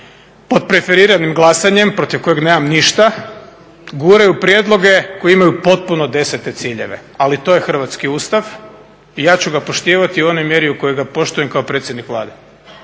svoje planove, … glasanjem protiv kojeg nemam ništa, guraju prijedloge koji imaju potpuno desete ciljeve, ali to je Hrvatski Ustav i ja ću ga poštivati u onoj mjeri u kojoj ga poštujem kao predsjednik Vlade.